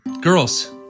Girls